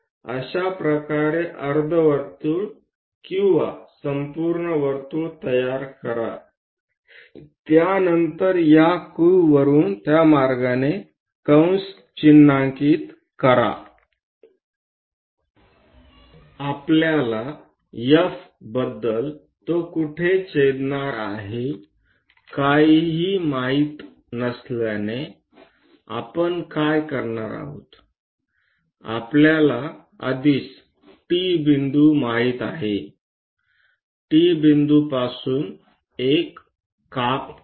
अशा प्रकारे अर्धवर्तुळ किंवा संपूर्ण वर्तुळ तयार करा त्यानंतर या Q वरून त्या मार्गाने कंस चिन्हांकित करा आपल्याला F बद्दल तो कुठे छेदणार आहे काहीही माहित नसल्याने आपण काय करणार आहोत आपल्याला आधीच T बिंदू माहित आहे T बिंदूपासून एक काप करा